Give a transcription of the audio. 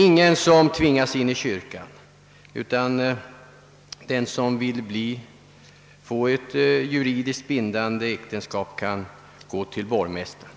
Ingen tvingas heller till kyrklig vigsel, utan den som endast vill få ett juridiskt bindande äktenskap kan gå till borgmästaren.